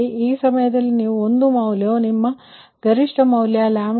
ಮತ್ತು ಆ ಸಮಯದಲ್ಲಿ ಈ ಒಂದು ಮೌಲ್ಯವು ನಿಮ್ಮ ಗರಿಷ್ಠ ಮೌಲ್ಯ1 73